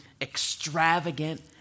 extravagant